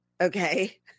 Okay